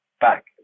back